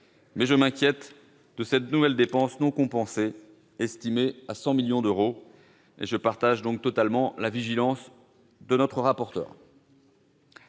je m'inquiète de cette nouvelle dépense non compensée, estimée à 100 millions d'euros, et je partage donc totalement la vigilance de notre rapporteur